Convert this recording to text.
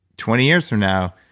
twenty years from now,